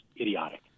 idiotic